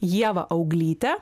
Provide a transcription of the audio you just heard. ieva auglytė